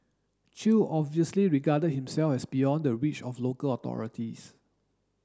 chew obviously regarded himself as beyond the reach of local authorities